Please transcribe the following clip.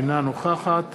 אינה נוכחת